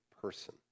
person